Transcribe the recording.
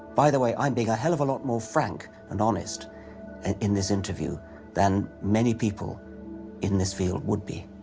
by the way, i'm being a hell of a lot more frank and honest and in this interview than many people in this field would be.